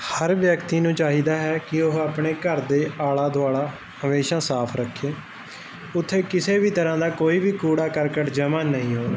ਹਰ ਵਿਅਕਤੀ ਨੂੰ ਚਾਹੀਦਾ ਹੈ ਕਿ ਉਹ ਆਪਣੇ ਘਰ ਦੇ ਆਲਾ ਦੁਆਲਾ ਹਮੇਸ਼ਾ ਸਾਫ ਰੱਖੇ ਉਥੇ ਕਿਸੇ ਵੀ ਤਰ੍ਹਾਂ ਦਾ ਕੋਈ ਵੀ ਕੂੜਾ ਕਰਕਟ ਜਮਾ ਨਹੀਂ ਹੋਣਾ